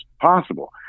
possible